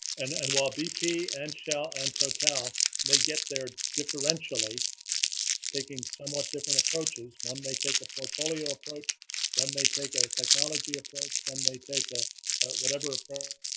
and and while bp and shell and total may get there differentially taking somewhat different approaches one may take a portfolio approach one may take a technology approach one may take a whatever